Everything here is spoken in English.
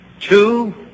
Two